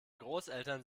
großeltern